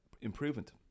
improvement